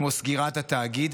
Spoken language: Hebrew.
כמו סגירת התאגיד.